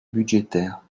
budgétaire